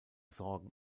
sorgen